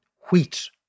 wheat